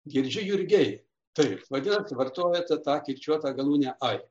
girdžiu jurgiai taip vadinasi vartojate tą kirčiuotą galūnę ai